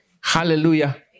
Hallelujah